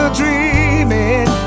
dreaming